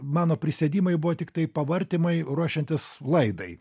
mano prisėdimai buvo tiktai pavartymai ruošiantis laidai